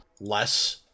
less